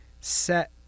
set